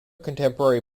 contemporary